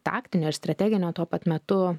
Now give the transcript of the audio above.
taktinio ir strateginio tuo pat metu